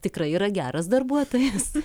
tikrai yra geras darbuotojas